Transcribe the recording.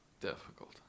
difficult